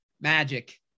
Magic